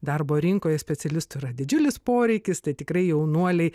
darbo rinkoje specialistų yra didžiulis poreikis tai tikrai jaunuoliai